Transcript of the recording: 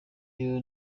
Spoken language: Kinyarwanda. icyo